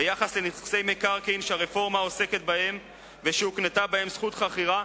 ביחס לנכסי מקרקעין שהרפורמה עוסקת בהם והוקנתה בהם זכות חכירה,